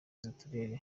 z’uturere